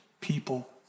people